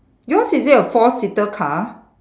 yours is it a four seater car